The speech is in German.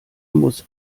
muss